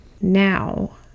Now